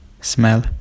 smell